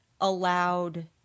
allowed